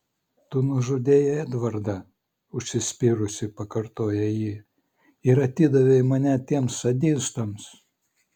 tu nužudei edvardą užsispyrusi pakartoja ji ir atidavei mane tiems sadistams